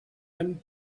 him